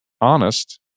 honest